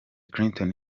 clinton